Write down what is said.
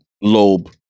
lobe